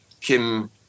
Kim